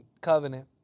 covenant